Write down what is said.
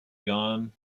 gone